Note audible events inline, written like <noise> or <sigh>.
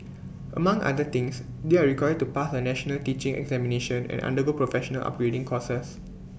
among other things they are required to pass A national teaching examination and undergo professional upgrading <noise> courses